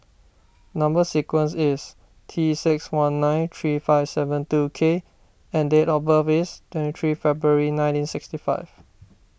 Number Sequence is T six one nine three five seven two K and date of birth is twenty three February nineteen sixty five